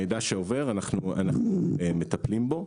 מידע שעובר, אנחנו מטפלים בו.